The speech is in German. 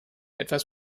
etwas